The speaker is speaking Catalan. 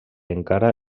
encara